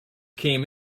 came